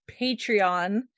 patreon